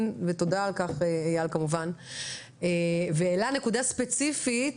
ותודה על כך אייל כמובן והוא העלה נקודה ספציפית